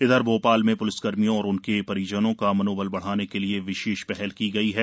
इधर भोपाल में पुलिसकर्मियों और उनके परिजनों का मनोबल बढ़ाने के लिए विशेष पहल की गई है